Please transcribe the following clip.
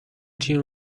تیم